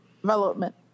Development